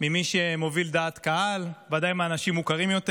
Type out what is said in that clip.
ממי שמוביל דעת קהל, ודאי מהאנשים שמוכרים יותר.